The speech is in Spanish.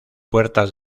puertas